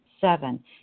Seven